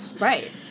Right